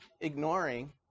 ignoring